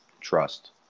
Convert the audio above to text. trust